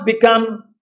become